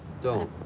don't.